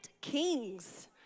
Kings